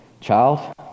Child